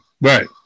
right